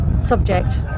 Subject